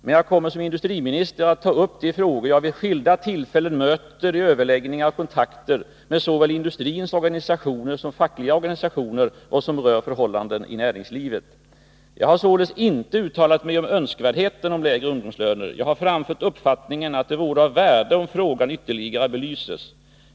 Men jag kommer som industriminister att ta upp de frågor jag vid skilda tillfällen möter i överläggningar och kontakter med såväl industrins organisationer som fackliga organisationer och som rör förhållanden i näringslivet. Jag har således inte uttalat mig om önskvärdheten av lägre ungdomslöner. Jag har framfört uppfattningen att det vore av värde om frågan ytterligare belyses.